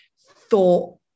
thought